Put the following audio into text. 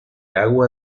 agua